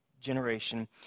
generation